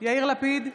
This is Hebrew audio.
יאיר לפיד,